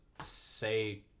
say